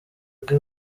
bwe